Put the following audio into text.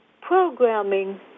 programming